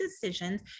decisions